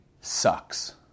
sucks